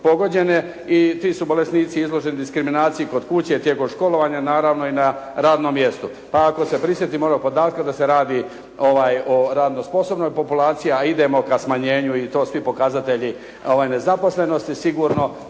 i ti su bolesnici izloženi diskriminaciji kod kuće, tijekom školovanja naravno i na radnom mjestu. Pa ako se prisjetimo onog podatka da se radi o radno sposobnoj populaciji, a idemo ka smanjenju i to svi pokazatelji nezaposlenosti, sigurno